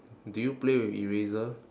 do you play with eraser